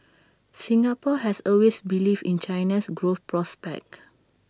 Singapore has always believed in China's growth prospects